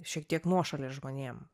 šiek tiek nuošalės žmonėm